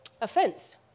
offense